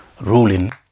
ruling